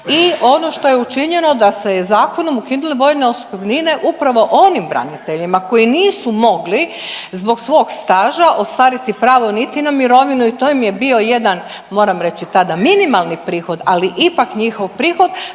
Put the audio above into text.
i ono što je učinjeno da se je zakonom ukine vojne opskrbnine upravo onim braniteljima koji nisu mogli zbog svog staža ostvariti pravo niti na mirovinu i to im je bio jedan, moram reći, tada minimalni prihod, ali ipak njihov prihod,